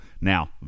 Now